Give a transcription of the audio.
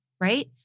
right